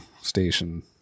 station